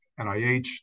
NIH